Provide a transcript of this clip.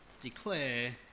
declare